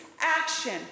action